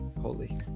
holy